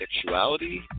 sexuality